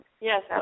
Yes